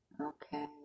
Okay